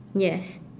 yes